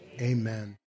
amen